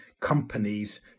companies